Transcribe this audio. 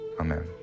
Amen